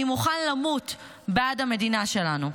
אני מוכן למות בעד המדינה שלנו".